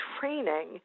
training